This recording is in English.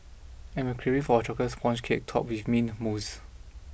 I am craving for a Chocolate Sponge Cake topped with Mint Mousse